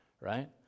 Right